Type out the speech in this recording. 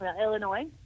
Illinois